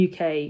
UK